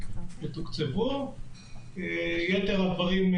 יתר הדברים,